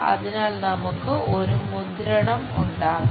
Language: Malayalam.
അതിനാൽ നമുക്ക് ഒരു മുദ്രണം ഉണ്ടാകും